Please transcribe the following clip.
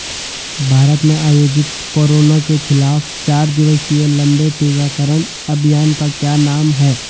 भारत में आयोजित कोरोना के खिलाफ चार दिवसीय लंबे टीकाकरण अभियान का क्या नाम है?